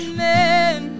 men